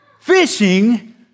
fishing